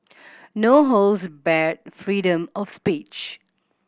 no holds barred freedom of speech